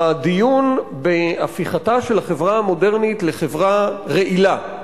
הדיון בהפיכתה של החברה המודרנית לחברה רעילה,